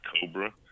Cobra